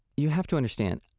you have to understand,